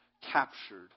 captured